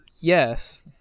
yes